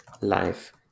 Life